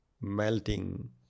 melting